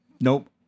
nope